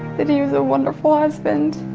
he was a wonderful husband,